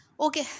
Okay